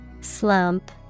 slump